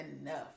enough